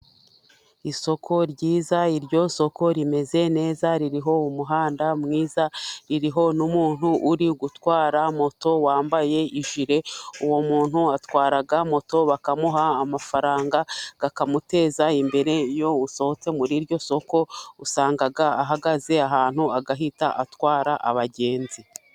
Isoko ryiza, iryo soko rimeze neza, ririho umuhanda mwiza, ririho n'umuntu uri gutwara moto wambaye ijire, uwo muntu atwara moto bakamuha amafaranga, bakamuteza imbere, iyo usohotse muri iryo soko, usanga ahagaze ahantu agahita atwara abagenzi.